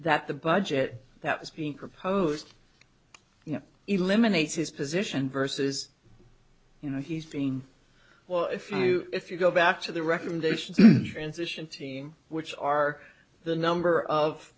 that the budget that is being proposed you know eliminates his position versus you know he's doing well if you if you go back to the recommendations transition team which are the number of